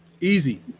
Easy